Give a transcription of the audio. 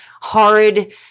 horrid